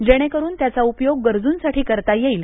जेणेकरून त्याचा उपयोग गरजूंसाठी करता येईल